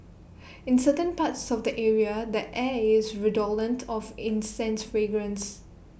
in certain parts of the area the air is redolent of incense fragrance